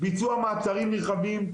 ביצוע מעצרים נרחבים,